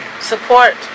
Support